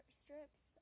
strips